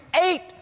eight